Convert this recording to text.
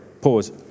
pause